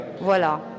Voilà